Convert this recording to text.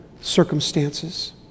circumstances